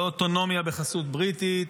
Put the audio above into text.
לא אוטונומיה בחסות בריטית,